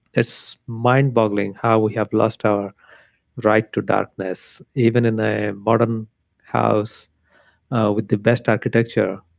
it's mind-blogging how we have lost our right to darkness. even in a modern house with the best architecture,